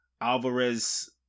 Alvarez